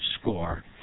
score